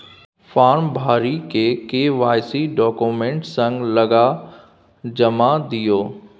farm भरि KYC document संग लगा जमा दियौ